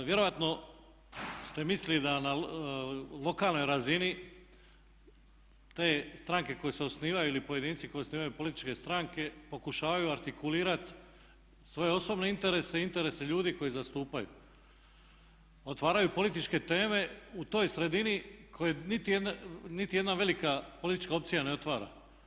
Vjerojatno ste mislili da na lokalnoj razini te stranke koje se osnivaju ili pojedinci koji osnivaju političke stranke pokušavaju artikulirati svoje osobne interese i interese ljudi koje zastupaju, otvaraju političke teme u toj sredini koje niti jedna velika politička opcija ne otvara.